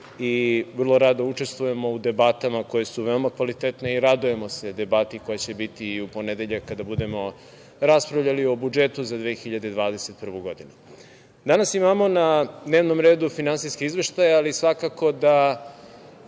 i vrlo rado učestvujemo u debatama koje su veoma kvalitetne i radujemo se debati koja će biti i u ponedeljak kada budemo raspravljali o budžetu za 2021. godinu. Danas imamo na dnevnom redu finansijske izveštaje, ali svakako da